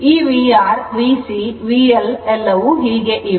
ಈ VR VC VL ಎಲ್ಲವೂ ಹೀಗೆ ಇವೆ